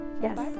Yes